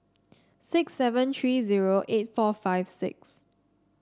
six seven three zero eight four five six